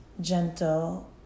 gentle